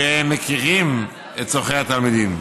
שמכירים את צורכי התלמידים.